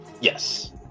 yes